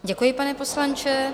Děkuji, pane poslanče.